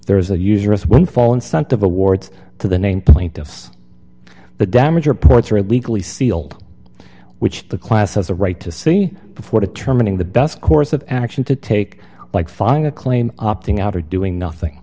there's a huge risk windfall incentive awards to the named plaintiffs the damage reports are legally sealed which the class has a right to see before determining the best course of action to take like filing a claim opting out or doing nothing